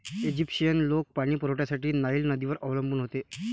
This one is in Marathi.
ईजिप्शियन लोक पाणी पुरवठ्यासाठी नाईल नदीवर अवलंबून होते